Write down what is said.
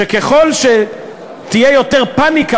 שככל שתהיה יותר פניקה,